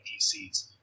PCs